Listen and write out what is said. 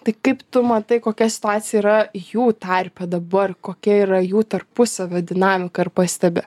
tai kaip tu matai kokia situacija yra jų tarpe dabar kokia yra jų tarpusavio dinamika ar pastebi